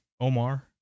Omar